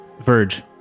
Verge